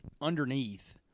underneath